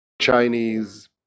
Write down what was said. Chinese